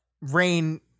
Rain